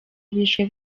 abishwe